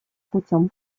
путем